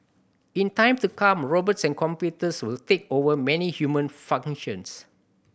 in time to come robots and computers will take over many human functions